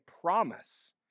promise